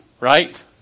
right